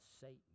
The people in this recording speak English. Satan